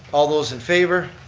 all those in favor.